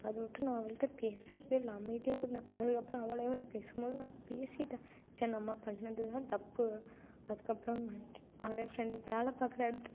அதை விட்டு நான் அவள்ட்ட பேசுகிறதே இல்லை அமைதியாக இருந்தேன் அதுக்கப்புறம் அவளே வந்து பேசும் போது நான் பேசிட்டேன் ச்சே நம்ம பண்ணதுதான் தப்பு அதுக்கப்புறம் மன்னிச்சி நிறையா ஃப்ரெண்டு வேலை பாக்கிற இடத்துல